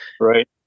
right